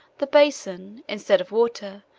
the basin, instead of water,